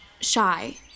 shy